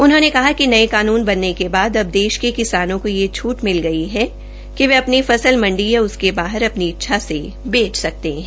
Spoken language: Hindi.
उन्होंने कहा कि नये कानून बनाने के बाद देश के किसानों को यह छूट मिल गई है वे अ नी फसल मंडी या उसके बाहर अ नी इच्छा से बेच सकते है